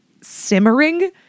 simmering